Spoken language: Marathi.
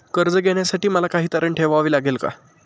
कर्ज घेण्यासाठी मला काही तारण ठेवावे लागेल का?